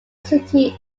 city